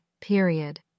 period